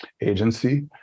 agency